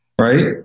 right